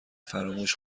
فراموش